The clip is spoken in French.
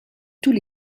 tous